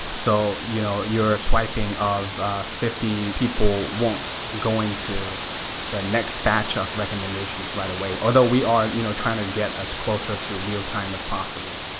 so you know your swiping of fifty people won't go into the next batch of recommendations right away, although we are you know trying to get as closer to real time as possible.